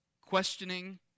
questioning